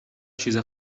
چیز